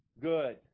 good